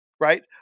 Right